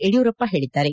ಯಡಿಯೂರಪ್ಪ ಹೇಳಿದ್ದಾರೆ